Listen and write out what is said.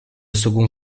second